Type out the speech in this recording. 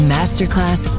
Masterclass